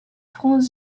franz